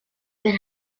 been